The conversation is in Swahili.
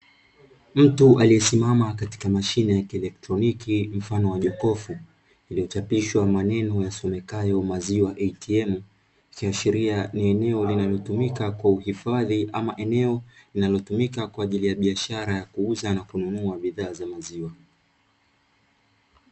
Mtu aliyesimama katika mashine ya elektroniki mfano wa jokofu, iliochapishwa maneno, yasomekayo maziwa "atm" ikiashiria ni eneo linalotumika kwa uhifadhi au eneo linalotumika kwa ajili ya biashara, ya kuuza na kununua bidhaa za maziwa.